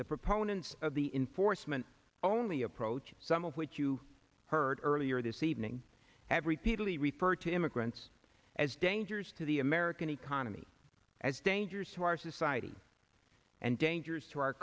the proponents of the inforce meant only approach some of which you heard earlier this evening have repeatedly referred to immigrants as dangers to the american economy as dangerous to our society and dangerous to our